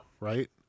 right